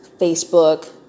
Facebook